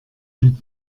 mit